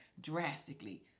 drastically